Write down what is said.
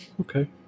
Okay